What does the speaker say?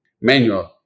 manual